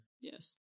Yes